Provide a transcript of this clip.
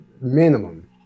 minimum